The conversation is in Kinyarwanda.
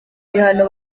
ibihano